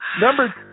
number